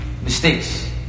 Mistakes